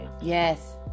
yes